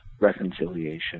reconciliation